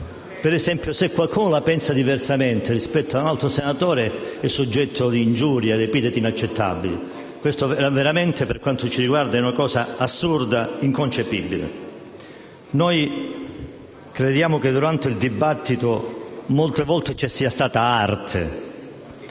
Ad esempio, se qualcuno la pensa diversamente rispetto a un altro senatore, è soggetto a ingiurie e a epiteti inaccettabili. Questo veramente, per quanto ci riguarda, è una cosa assurda e inconcepibile. Noi crediamo che durante il dibattito molte volte ci sia stata arte.